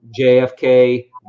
JFK